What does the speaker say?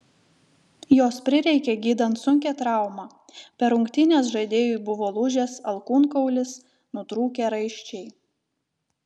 jos prireikė gydant sunkią traumą per rungtynes žaidėjui buvo lūžęs alkūnkaulis nutrūkę raiščiai